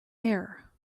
air